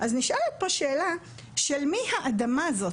אז נשאלת פה שאלה של מי האדמה הזאת?